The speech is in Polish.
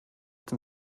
tym